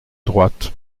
droite